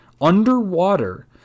underwater